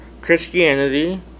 Christianity